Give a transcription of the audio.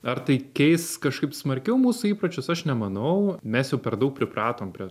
ar tai keis kažkaip smarkiau mūsų įpročius aš nemanau mes jau per daug pripratom prie